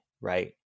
right